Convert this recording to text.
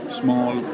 small